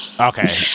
Okay